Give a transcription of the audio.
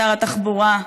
שר התחבורה,